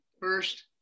first